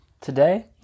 today